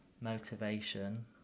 motivation